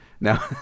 Now